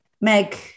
Meg